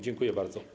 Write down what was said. Dziękuję bardzo.